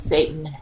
Satan